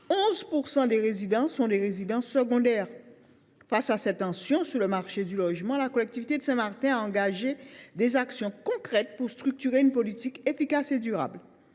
11 % des logements sont des résidences secondaires. Face à cette tension sur le marché du logement, la collectivité de Saint Martin a engagé des actions concrètes pour structurer une politique efficace et durable.